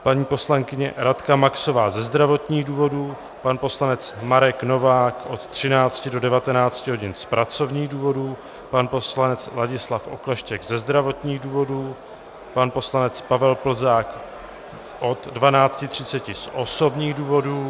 Paní poslankyně Radka Maxová ze zdravotních důvodů, pan poslanec Marek Novák od 13 do 19 hodin z pracovních důvodů, pan poslanec Ladislav Okleštěk ze zdravotních důvodů, pan poslanec Pavel Plzák od 12.30 z osobních důvodů...